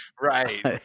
Right